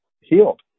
healed